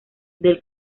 del